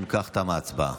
אם כך, תמה ההצבעה.